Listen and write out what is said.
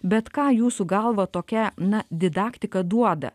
bet ką jūsų galva tokia na didaktika duoda